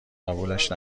قبولش